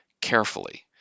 carefully